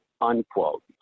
unquote